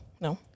No